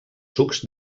sucs